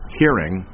hearing